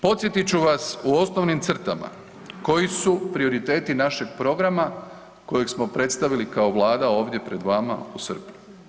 Podsjetit ću vas u osnovnim crtama koji su prioriteti našeg programa kojeg smo predstavili kao Vlada ovdje pred vama u srpnju.